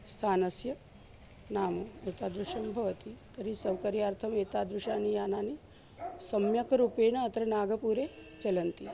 स्थानस्य नाम एतादृशं भवति तर्हि सौकर्यार्थम् एतादृशानि यानानि सम्यग्रूपेण अत्र नागपुरे चलन्ति